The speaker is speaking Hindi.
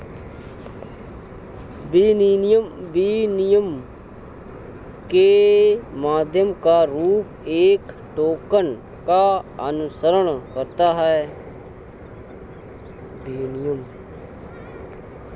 विनिमय के माध्यम का रूप एक टोकन का अनुसरण करता है